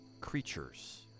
creatures